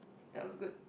that was good